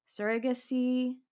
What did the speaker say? surrogacy